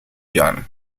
john